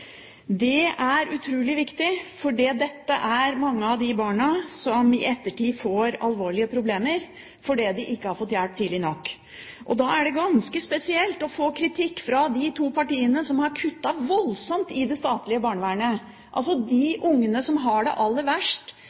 Det er utrolig viktig, for dette er mange av de barna som i ettertid får alvorlige problemer fordi de ikke har fått hjelp tidlig nok. Da er det ganske spesielt å få kritikk fra de to partiene som har kuttet voldsomt i det statlige barnevernet. Det er disse ungene som har det aller verst,